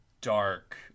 dark